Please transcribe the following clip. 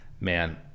Man